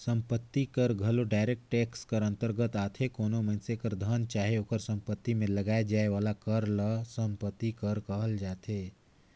संपत्ति कर घलो डायरेक्ट टेक्स कर अंतरगत आथे कोनो मइनसे कर धन चाहे ओकर सम्पति में लगाए जाए वाला कर ल सम्पति कर कहल जाथे